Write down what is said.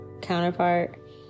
counterpart